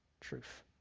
truth